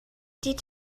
die